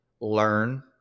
learn